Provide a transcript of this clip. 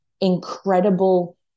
incredible